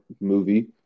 movie